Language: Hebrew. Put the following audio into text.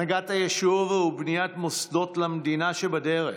הנהגת היישוב ובניית מוסדות למדינה שבדרך,